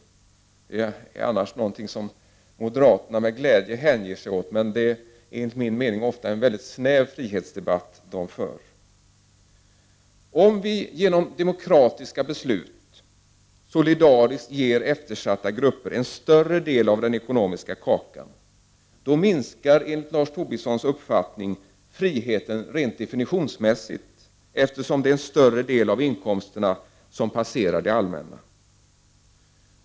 Det är annars någonting som moderaterna med glädje hänger sig åt, men det är enligt min mening ofta en väldigt snäv frihetsdebatt de för. Om vi genom demokratiska beslut solidariskt ger eftersatta grupper en större del av den ekonomiska kakan, minskar enligt Lars Tobissons uppfattning friheten rent definitionsmässigt, eftersom en större del av inkomsterna passerar det allmänna.